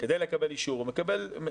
כדי לקבל אישור הוא מגיש